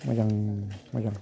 मोजां मोजां